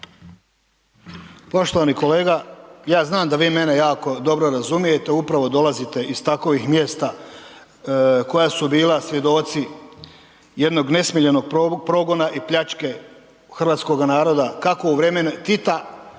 Poštovani kolega, ja znam da vi mene jako dobro razumijete, upravo dolazite iz takovih mjesta koja su bila svjedoci jednog nesmiljenog progona i pljačke hrvatskoga naroda kako u vrijeme Tita